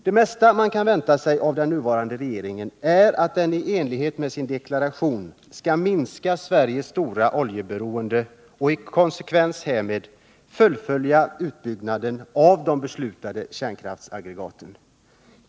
Det mesta man kan vänta sig av den nuvarande regeringen är att den i enlighet med sin deklaration skall minska Sveriges stora oljeberoende och i konsekvens härmed fullfölja utbyggnaden av de beslutade kärnkraftsaggregaten.